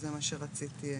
וזה מה שרציתי להעיר.